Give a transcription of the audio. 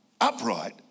upright